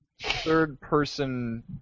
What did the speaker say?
third-person